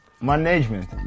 Management